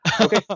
Okay